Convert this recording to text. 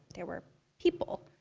there were people.